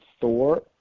Thor